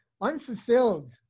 Unfulfilled